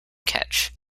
catch